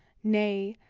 nay,